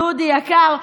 דודי יקר,